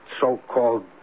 so-called